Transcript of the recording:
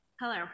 Hello